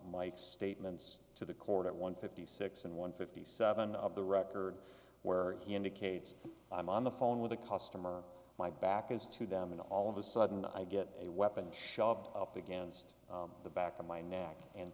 mike statements to the court at one fifty six and one fifty seven of the record where he indicates i'm on the phone with a customer my back is to them and all of a sudden i get a weapon shoved up against the back of my neck and